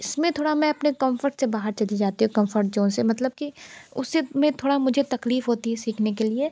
इसमें थोड़ा मैं अपने कम्फर्ट से बाहर चली जाती हूँ कम्फर्ट जोन से मतलब कि उससे मैं थोड़ा मुझे तकलीफ़ होती है सीखने के लिए